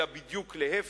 אלא בדיוק להיפך,